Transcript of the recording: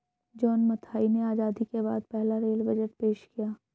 John Mathai ने आजादी के बाद पहला रेल बजट पेश किया